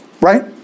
right